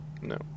No